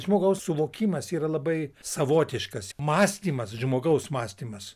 žmogaus suvokimas yra labai savotiškas mąstymas žmogaus mąstymas